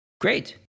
Great